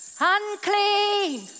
unclean